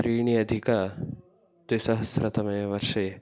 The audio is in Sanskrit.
त्रीण्यधिक द्विसहस्रतमेवर्षे